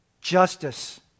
justice